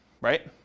right